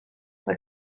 mae